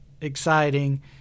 exciting